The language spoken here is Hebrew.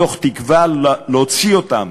מתוך תקווה להוציא אותן,